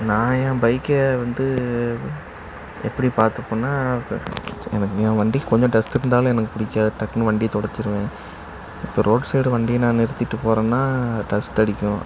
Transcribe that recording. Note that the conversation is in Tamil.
நான் என் பைக்கை வந்து எப்படி பார்த்துப்பன்னா எனக்கு என் வண்டிக்கு கொஞ்சம் டஸ்ட்டு இருந்தாலே எனக்கு பிடிக்காது டக்குனு வண்டியை தொடச்சிருவேன் இப்போ ரோட் சைடு வண்டியை நான் நிறுத்திட்டு போகிறேன்னா டஸ்ட்டு அடிக்கும்